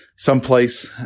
Someplace